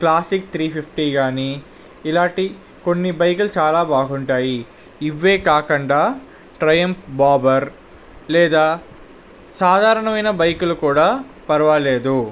classic three fifty కానీ ఇలాంటి కొన్ని బైకులు చాల బాగుంటాయి ఇవే కాకుండా త్రియంఫ్ బాబర్ లేదా సాధారణమైన బైకులు కూడా పర్వాలేదు